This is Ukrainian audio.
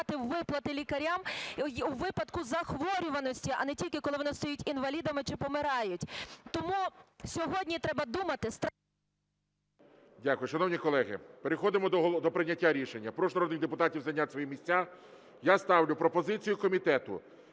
Дякую. Шановні колеги, переходимо до прийняття рішення. Прошу народних депутатів зайняти свої місця. Я ставлю пропозицію комітету.